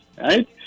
Right